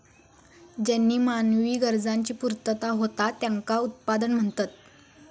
ज्येनीं मानवी गरजांची पूर्तता होता त्येंका उत्पादन म्हणतत